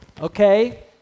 okay